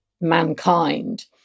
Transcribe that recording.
mankind